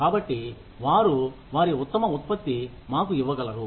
కాబట్టి వారు వారి ఉత్తమ ఉత్పత్తి మాకు ఇవ్వగలరు